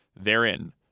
Therein